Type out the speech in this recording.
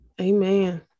amen